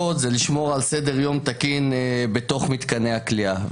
היא לשמור על סדר-יום תקין בתוך מתקני הכליאה.